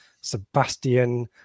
Sebastian